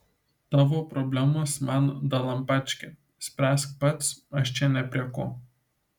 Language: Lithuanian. tavo problemos man dalampački spręsk pats aš čia ne prie ko